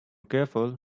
careful